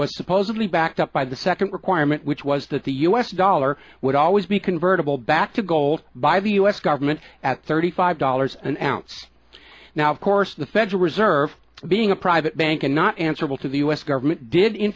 was supposedly backed up by the second requirement which was that the u s dollar would always be convertible back to gold by the u s government at thirty five dollars an ounce now of course the federal reserve being a private bank and not answerable to the u s government did in